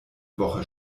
woche